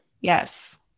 Yes